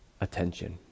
attention